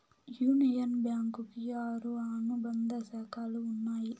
union bank కి ఆరు అనుబంధ శాఖలు ఉన్నాయి